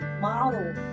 model